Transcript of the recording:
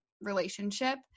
relationship